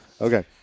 Okay